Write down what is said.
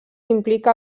implica